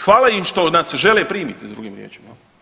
hvala im što nas žele primiti drugim riječima.